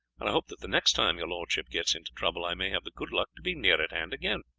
and i hope that the next time your lordship gets into trouble i may have the good luck to be near at hand again.